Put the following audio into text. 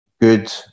good